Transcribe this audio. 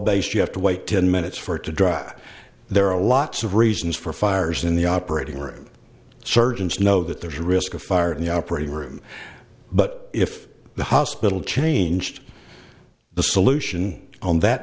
based you have to wait ten minutes for it to dry out there are lots of reasons for fires in the operating room surgeons know that there's a risk of fire in the operating room but if the hospital changed the solution on that